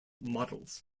models